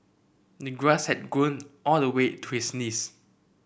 grass had grown all the way to his knees